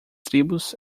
tribos